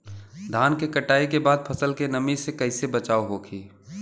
धान के कटाई के बाद फसल के नमी से कइसे बचाव होखि?